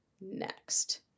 next